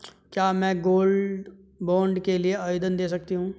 क्या मैं gold bond के लिए आवेदन दे सकती हूँ?